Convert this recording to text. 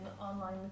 online